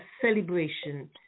celebration